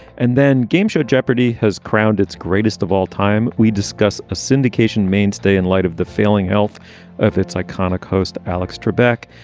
and then game show jeopardy has crowned its greatest of all time. we discuss a syndication mainstay in light of the failing health of its iconic host, alex trebek.